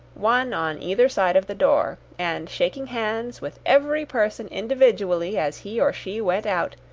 one on either side of the door, and shaking hands with every person individually as he or she went out,